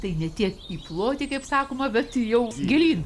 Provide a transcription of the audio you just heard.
tai ne tiek į plotį kaip sakoma bet jau gilyn